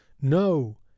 no